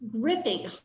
gripping